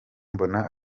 mbona